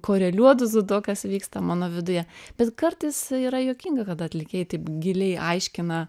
koreliuotų su tuo kas vyksta mano viduje bet kartais yra juokinga kad atlikėjai taip giliai aiškina